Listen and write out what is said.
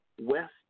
west